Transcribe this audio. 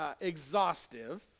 exhaustive